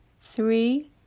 three